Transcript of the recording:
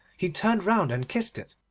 he turned round, and kissed it.